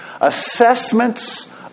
assessments